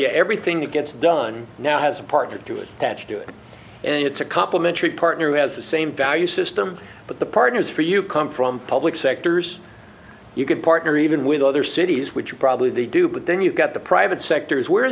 you everything that gets done now has a partner to attach to it and it's a complementary partner who has the same value system but the partners for you come from public sectors you can partner even with other cities which you probably do but then you've got the private sector